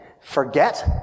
forget